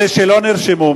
אלה שלא נרשמו,